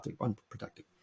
unprotected